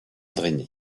drainé